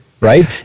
right